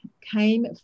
came